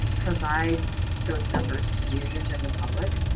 provide those numbers to users and the public.